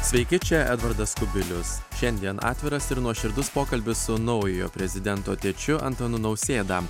sveiki čia edvardas kubilius šiandien atviras ir nuoširdus pokalbis su naujojo prezidento tėčiu antanu nausėda